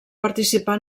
participar